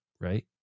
right